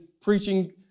preaching